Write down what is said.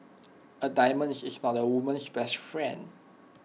A diamonds is not A woman's best friend